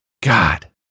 God